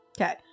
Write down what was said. Okay